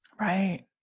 Right